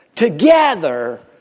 together